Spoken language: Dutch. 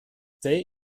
thee